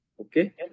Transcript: Okay